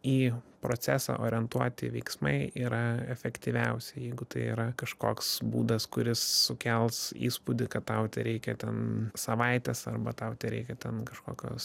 į procesą orientuoti veiksmai yra efektyviausi jeigu tai yra kažkoks būdas kuris sukels įspūdį kad tau tereikia ten savaitės arba tau tereikia ten kažkokios